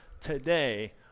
today